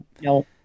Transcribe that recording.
no